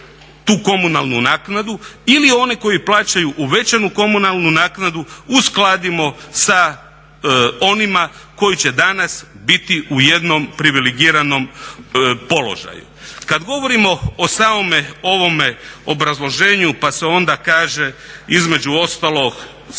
tu komunalnu naknadu ili oni koji plaćaju uvećanu komunalnu naknadu uskladimo sa onima koji će danas biti u jednom privilegiranom položaju. Kad govorimo o samome ovome obrazloženju pa se onda kaže između ostalog